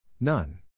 None